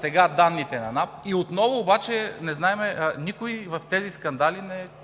сега данните на НАП. И отново обаче не знаем – никой в тези скандали не